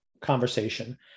conversation